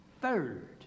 Third